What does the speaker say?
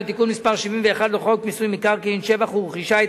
בתיקון מס' 71 לחוק מיסוי מקרקעין (שבח ורכישה),